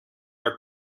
are